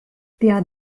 der